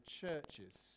churches